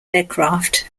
aircraft